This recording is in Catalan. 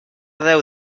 déu